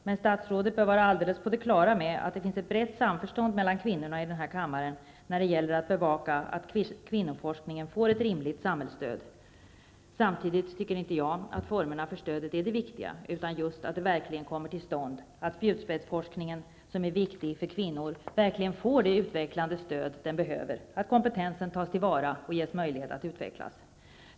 Men statsrådet bör vara alldeles på det klara med att det finns ett brett samförstånd mellan kvinnorna i denna kammare när det gäller att bevaka att kvinnoforskningen får ett rimligt samhällsstöd. Samtidigt tycker jag att det inte är formerna för stödet som är det viktiga utan just att det verkligen kommer till stånd, att spjutspetsforskningen som är viktig för kvinnor får det utvecklande stöd den behöver och att kompetensen tas till vara och ges möjlighet att utvecklas.